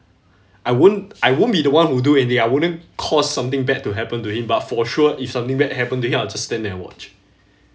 I won't I won't be the one who do anything I wouldn't cause something bad to happen to him but for sure if something bad happen to him I'll just stand and watch